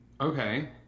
Okay